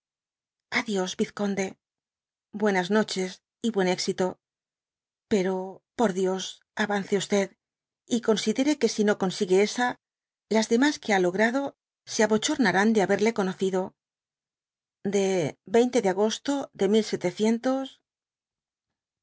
dios tizconde buenas nodies y buen extto pero por dios avance y considere que si no consigue esa las deraas que ha logrado se dby google abocfaoraarán de haberle conocido de de agosto de